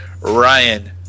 ryan